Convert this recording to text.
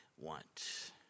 want